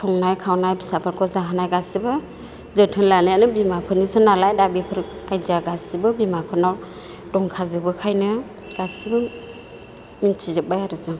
संनाय खावनाय फिसाफोरखौ जाहोनाय गासैबो जोथोन लानायानो बिमाफोरनिसो नालाय दा बेफोर आइदिया गासैबो बिमाफोरनाव दंखाजोबोखायनो गासैबो मिनथिजोब्बाय आरो जों